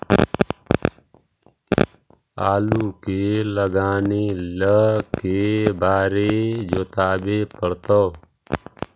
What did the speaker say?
आलू के लगाने ल के बारे जोताबे पड़तै?